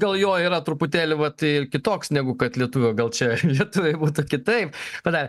gal jo yra truputėlį vat ir kitoks negu kad lietuvio gal čia lietuviai būtų kitaip padarę